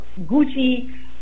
Gucci